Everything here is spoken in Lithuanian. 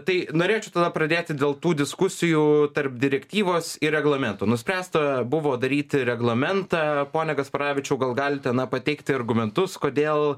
tai norėčiau tada pradėti dėl tų diskusijų tarp direktyvos ir reglamento nuspręsta buvo daryti reglamentą pone gasparavičiau gal galite na pateikti argumentus kodėl